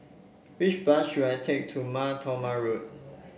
which bus should I take to Mar Thoma Road